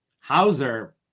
Hauser